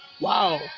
wow